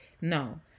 No